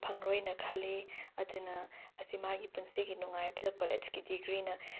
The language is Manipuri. ꯐꯪꯂꯣꯏꯅ ꯈꯜꯂꯤ ꯑꯗꯨꯅ ꯑꯁꯤ ꯃꯥꯒꯤ ꯄꯨꯟꯁꯤꯒꯤ ꯅꯨꯡꯉꯥꯏꯕꯗ ꯀꯣꯂꯦꯖꯀꯤ ꯗꯤꯒ꯭ꯔꯤꯅ